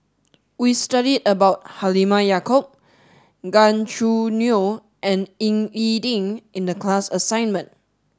we studied about Halimah Yacob Gan Choo Neo and Ying E Ding in the class assignment